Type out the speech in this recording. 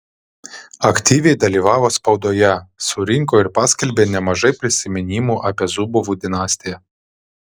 aktyviai dalyvavo spaudoje surinko ir paskelbė nemažai prisiminimų apie zubovų dinastiją